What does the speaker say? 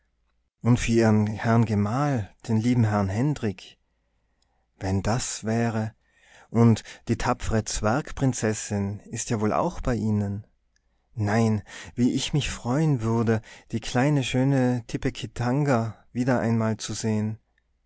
und für ihren herrn gemahl den lieben herrn hendrik wenn das wäre und die tapfere zwergprinzessin ist ja wohl auch bei ihnen nein wie ich mich freuen würde die kleine schöne tipekitanga wieder einmal zu sehen